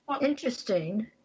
interesting